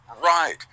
Right